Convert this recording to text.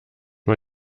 man